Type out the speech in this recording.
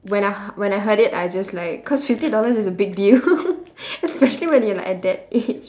when I h~ when I heard it I just like cause fifty dollar is a big deal especially when you are like at that age